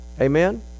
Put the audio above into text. Amen